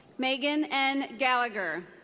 megan n. gallagher.